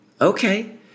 okay